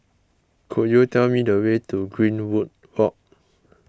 could you tell me the way to Greenwood Walk